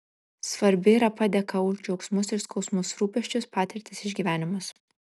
svarbi yra padėka už džiaugsmus ir skausmus rūpesčius patirtis išgyvenimus